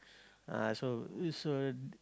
ah so so